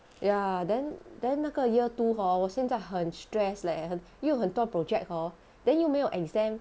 ya then then 那个 year two hor 我现在很 stress leh 很有很多 project hor then 又没有 exam